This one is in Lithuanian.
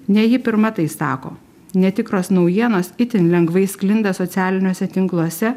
ne ji pirma tai sako netikros naujienos itin lengvai sklinda socialiniuose tinkluose